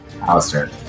Alistair